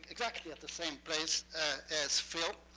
exactly at the same place as phil.